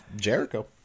Jericho